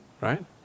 right